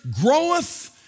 groweth